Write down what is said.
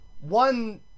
one